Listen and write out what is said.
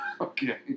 Okay